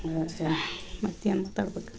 ಮತ್ತೆ ಎಂತ ಬೇಕು